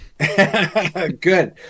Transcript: good